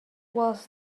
was